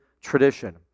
tradition